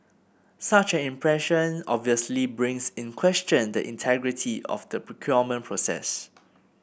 such an impression obviously brings in question the integrity of the procurement process